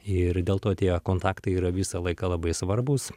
ir dėl to tie kontaktai yra visą laiką labai svarbūs